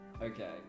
Okay